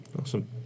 Awesome